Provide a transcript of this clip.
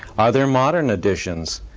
are there modern editions,